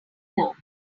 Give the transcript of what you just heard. now